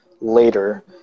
later